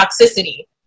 toxicity